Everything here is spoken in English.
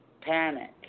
panic